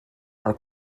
are